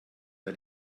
der